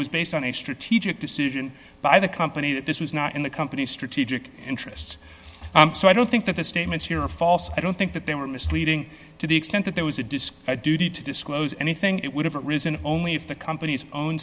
was based on a strategic decision by the company that this was not in the company's strategic interest so i don't think that their statements here are false i don't think that they were misleading to the extent that there was a disk duty to disclose anything it would have arisen only if the company's own